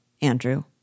Andrew